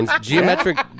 geometric